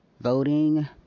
voting